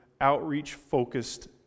outreach-focused